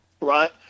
right